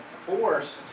forced